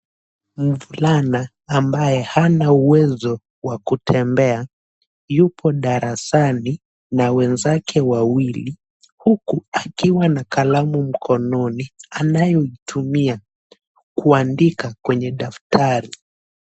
Mvulana ambaye hana uwezo wa kutembea yupo darasani na wenzake wawili huku akiwa na kalamu mkononi anayoitumia kuandika kwenye daftari.